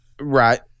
Right